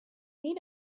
need